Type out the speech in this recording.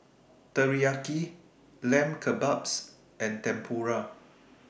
Teriyaki Lamb Kebabs and Tempura